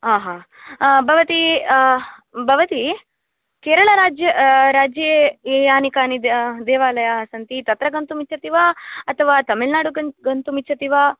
आ हा भवती भवती केरळराज्य राज्ये ये यानि कानि देवालयाः सन्ति तत्र गन्तुं इच्छति वा अतवा तमिळ्नाडु ग गन्तुं इच्छति वा